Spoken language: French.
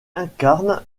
incarne